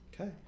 Okay